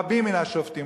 רבים מן השופטים,